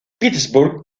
petersburg